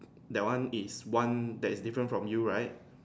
that one is one that is different from you right